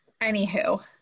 Anywho